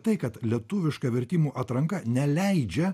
tai kad lietuviška vertimų atranka neleidžia